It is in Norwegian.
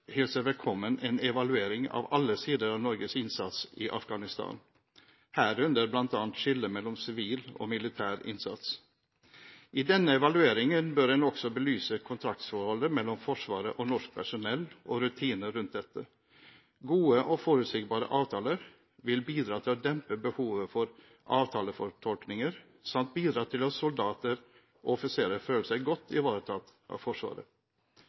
hilser velkommen en evaluering av alle sider av Norges innsats i Afghanistan, herunder bl.a. skille mellom sivil og militær innsats. I denne evalueringen bør en også belyse kontraktsforholdet mellom Forsvaret og norsk personell og rutinene rundt dette. Gode og forutsigbare avtaler vil bidra til å dempe behovet for avtalefortolkninger samt bidra til at soldater og offiserer føler seg godt ivaretatt av Forsvaret.